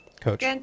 coach